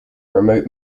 remote